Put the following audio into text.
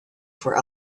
for